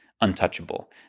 untouchable